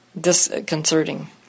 disconcerting